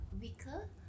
weaker